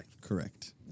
Correct